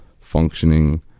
functioning